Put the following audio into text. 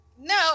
No